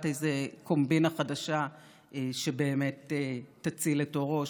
איזו קומבינה חדשה שבאמת תציל את עורו,